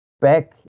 back